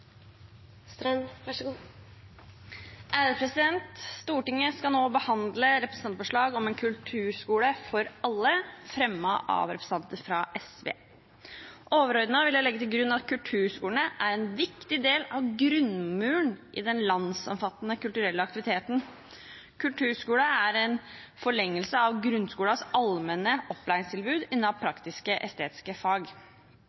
Stortinget skal nå behandle representantforslaget om en kulturskole for alle, fremmet av representanter fra SV. Overordnet vil jeg legge til grunn at kulturskolene er en viktig del av grunnmuren i den landsomfattende kulturelle aktiviteten. Kulturskolene er en forlengelse av grunnskolens allmenne opplæringstilbud